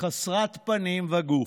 חסרת פנים וגוף,